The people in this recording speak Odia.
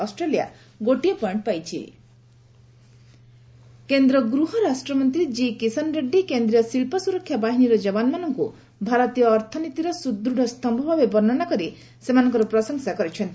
ଚେନ୍ନାଇ କିଷନ ରେଡ୍ରୀ କେନ୍ଦ୍ର ଗୃହରାଷ୍ଟ୍ରମନ୍ତ୍ରୀ ଜି କିଷନ ରେଡ୍ଡୀ କେନ୍ଦ୍ରୀୟ ଶିଳ୍ପ ସୁରକ୍ଷା ବାହିନୀର ଯବାନମାନଙ୍କୁ ଭାରତୀୟ ଅର୍ଥନୀତିର ସୁଦୃଢ଼ ସ୍ତମ୍ଭ ଭାବେ ବର୍ଷ୍ଣନା କରି ସେମାନଙ୍କର ପ୍ରଶଂସା କରିଛନ୍ତି